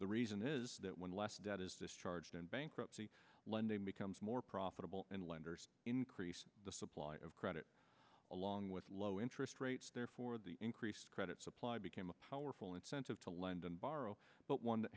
the reason is that when less debt is discharged in bankruptcy lending becomes more profitable and lenders increase the supply of credit along with low interest rates therefore the increased credit supply became a powerful incentive to lend and borrow but one that